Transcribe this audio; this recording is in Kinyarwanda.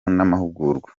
n’amahugurwa